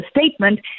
statement